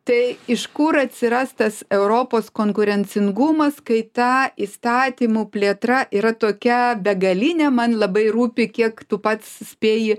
tai iš kur atsiras tas europos konkurencingumas kai tą įstatymų plėtra yra tokią begalinė man labai rūpi kiek tu pats spėji